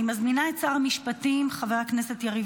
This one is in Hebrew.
אני מזמינה את שר המשפטים חבר הכנסת יריב